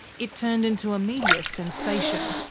it turned into a media sensation.